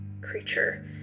creature